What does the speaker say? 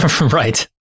right